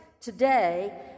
today